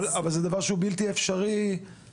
אבל זה דבר שהוא בלתי אפשרי בהגדרה.